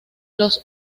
los